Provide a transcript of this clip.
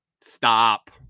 Stop